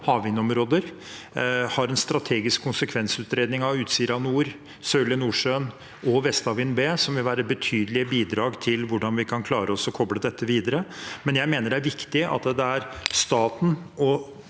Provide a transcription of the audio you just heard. havvindområder, har en strategisk konsekvensutredning av Utsira Nord, Sørlige Nordsjø og Vestavind B, som vil være betydelige bidrag til hvordan vi skal klare å koble dette videre. Men jeg mener det er viktig at det er staten og